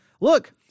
look